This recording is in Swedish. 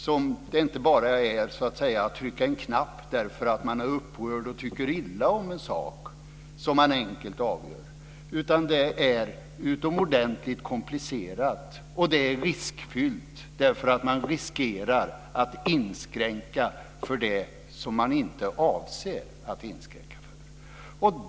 Det går inte att avgöra bara genom att trycka på en knapp därför att man är upprörd och tycker illa om en sak. Det är utomordentligt komplicerat. Det är riskfyllt därför att man riskerar att inskränka för det som man inte avser att inskränka för.